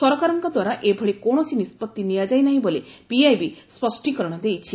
ସରକାରଙ୍କ ଦ୍ୱାରା ଏଭଳି କୌଣସି ନିଷ୍ପଭି ନିଆଯାଇ ନାହିଁ ବୋଲି ପିଆଇବି ସ୍ୱଷ୍ଟୀକରଣ ଦେଇଛି